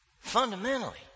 fundamentally